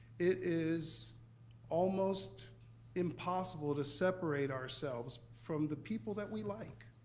it is almost impossible to separate ourselves from the people that we like.